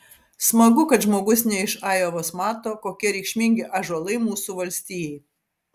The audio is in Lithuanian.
smagu kad žmogus ne iš ajovos mato kokie reikšmingi ąžuolai mūsų valstijai